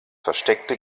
versteckte